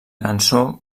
cançó